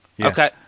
Okay